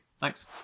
thanks